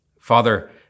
Father